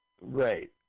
Right